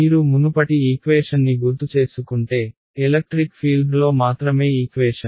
మీరు మునుపటి ఈక్వేషన్ని గుర్తుచేసుకుంటే ఎలక్ట్రిక్ ఫీల్డ్లో మాత్రమే ఈక్వేషన్